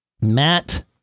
matt